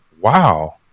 wow